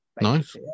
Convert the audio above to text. Nice